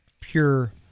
pure